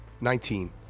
Nineteen